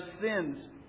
sins